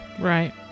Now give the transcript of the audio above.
right